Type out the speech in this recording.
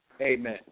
Amen